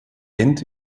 bent